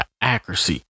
accuracy